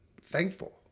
thankful